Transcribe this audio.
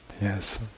Yes